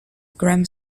grammar